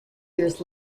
years